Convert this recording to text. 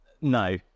No